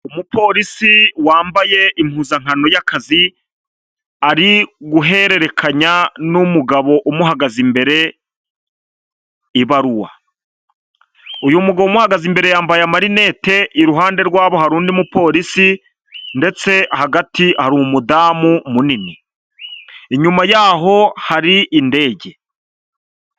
Umupolisi wambaye impuzankano y'akazi ari guhererekanya n'umugabo umuhagaze imbere ibaruwa. Uyu mugabo umuhagaze imbere yambaye amarinete, iruhande rwabo hari undi mupolisi ndetse hagati hari umudamu munini. Inyuma yaho hari indege.